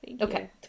okay